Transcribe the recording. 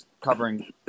covering